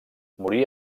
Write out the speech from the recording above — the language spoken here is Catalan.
morí